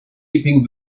keeping